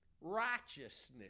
righteousness